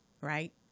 right